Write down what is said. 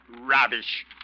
Rubbish